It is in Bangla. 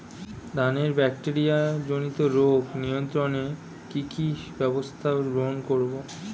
ধানের ব্যাকটেরিয়া জনিত রোগ নিয়ন্ত্রণে কি কি ব্যবস্থা গ্রহণ করব?